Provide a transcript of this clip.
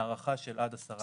הארכה של עד עשרה ימים.